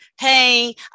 hey